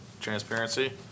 transparency